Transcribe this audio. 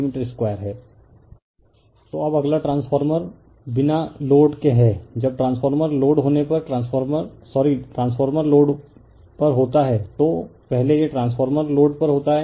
refer slide time 0155 तो अब अगला ट्रांसफॉर्मर बिना लोड के है जब ट्रांसफॉर्मर लोड होने पर ट्रांसफॉर्मर सॉरी ट्रांसफॉर्मर लोड पर होता है तो पहले यह ट्रांसफॉर्मर लोड पर होता है